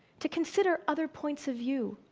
to consider other points of view.